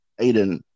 Aiden